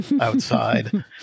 outside